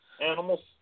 animals